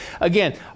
again